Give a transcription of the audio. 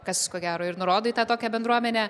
kas ko gero ir nurodai tą tokią bendruomenę